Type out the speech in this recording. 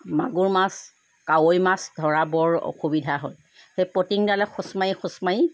মাগুৰ মাছ কাৱৈ মাছ ধৰা বৰ অসুবিধা হয় সেই পটিঙডালে খুচ মাৰি খুচ মাৰি